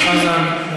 חבר הכנסת חזן.